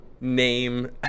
name